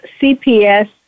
CPS